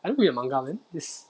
I never read the manga man is